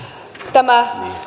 tämä